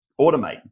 automate